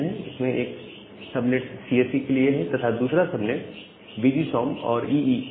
इसमें एक subnet CSE के लिए है तथा दूसरा subnet V G S O M और ईई के लिए